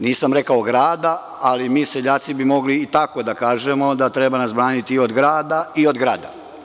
Nisam rekao grada, ali mi seljaci bi mogli i tako da kažem, da nas treba braniti od grada i grada.